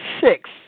six